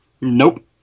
Nope